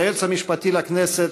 ליועץ המשפטי לכנסת,